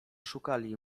szukali